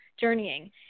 journeying